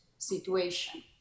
situation